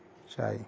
چائے